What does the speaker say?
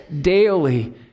daily